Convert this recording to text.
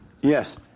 Yes